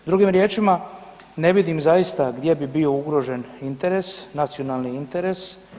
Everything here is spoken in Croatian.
Drugim riječima ne vidim zaista gdje bi bio ugrožen interes, nacionalni interes.